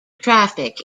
traffic